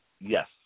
Yes